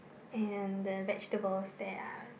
and the vegetables there are